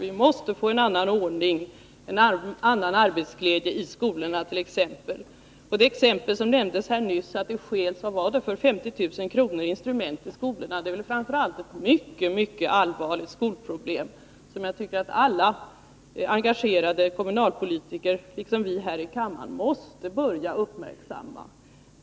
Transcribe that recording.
Vi måste t.ex. få en annan ordning och en arbetsglädje i skolorna. Det exempel som nämndes här, att eleverna stal instrument för 50 000 kr. i en skola, visar ju framför allt på ett mycket allvarligt skolproblem, som jag tycker att alla engagerade kommunalpolitiker liksom vi här i kammaren måste börja uppmärksamma.